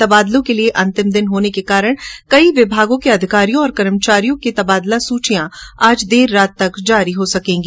तबादलों के लिए अंतिम दिन होने के कारण कई विमागों के अधिकारियों और कर्मचारियों के तबादला सूचियां आज देर रात तक जारी होंगी